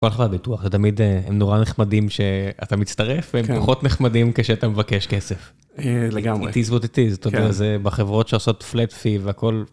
כל א-חברות ביטוח, זה תמיד, א...הם נורא נחמדים כש...אתה מצטרף, כן. והם פחות נחמדים כשאתה מבקש כסף. א...לגמרי. it is what it is, ת'יודע, כן. זה בחברות שעושות flat fee, והכל,